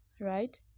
right